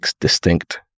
distinct